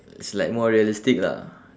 it's like more realistic lah